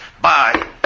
Bye